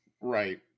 Right